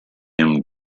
him